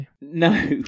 No